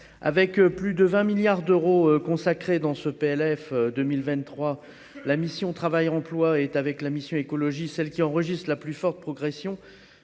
avec plus de 20 milliards d'euros consacré dans ce PLF 2023 la mission Travail emploi est avec la mission Écologie, celle qui enregistre la plus forte progression